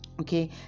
Okay